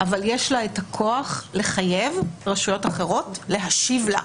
אבל יש לה את הכוח לחייב רשויות אחרות להשיב לה,